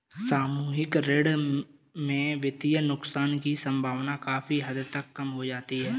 सामूहिक ऋण में वित्तीय नुकसान की सम्भावना काफी हद तक कम हो जाती है